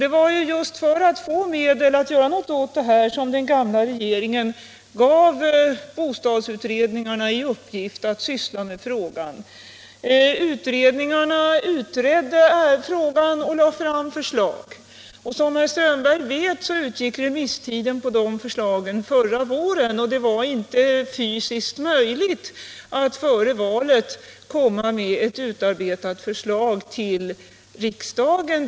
Det var just för att få medel att göra något åt det som den gamla regeringen gav bostadsutredningarna i uppgift att syssla med frågan. Utredningarna studerade problemet och lade fram förslag. Som herr Strömberg vet utgick remisstiden för de förslagen förra våren, och det var inte fysiskt möjligt att före valet presentera ett utarbetat förslag för riksdagen.